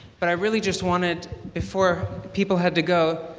but i really just wanted before people had to go,